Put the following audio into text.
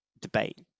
debate